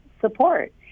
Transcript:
support